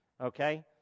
okay